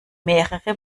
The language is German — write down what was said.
mehrere